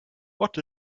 what